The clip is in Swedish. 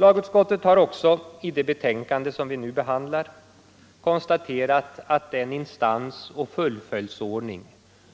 Lagutskottet har också i det betänkande vi nu behandlar konstaterat att den instansoch fullföljdsordning